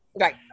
Right